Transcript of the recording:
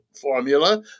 formula